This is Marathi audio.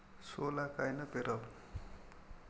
सोला कायनं पेराव?